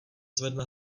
zvedne